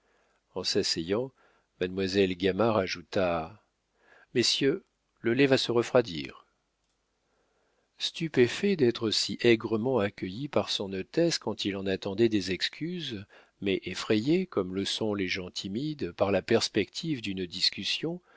en s'asseyant mademoiselle gamard ajouta messieurs le lait va se refroidir stupéfait d'être si aigrement accueilli par son hôtesse quand il en attendait des excuses mais effrayé comme le sont les gens timides par la perspective d'une discussion